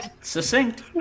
Succinct